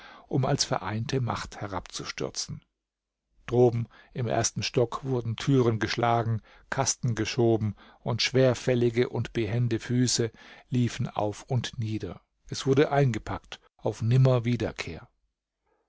um als vereinte macht herabzustürzen droben im ersten stock wurden thüren geschlagen kasten geschoben und schwerfällige und behende füße liefen auf und nieder es wurde eingepackt auf